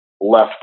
left